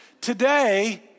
Today